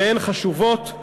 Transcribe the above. והן חשובות.